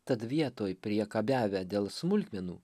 tad vietoj priekabiavę dėl smulkmenų